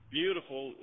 beautiful